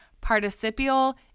participial